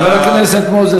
חבר הכנסת מוזס,